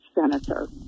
senator